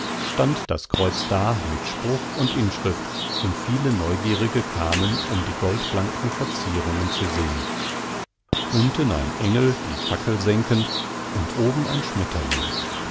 stand das kreuz da mit spruch und inschrift und viele neugierige kamen um die goldblanken verzierungen zu sehn unten ein engel die fackel senkend und oben ein schmetterling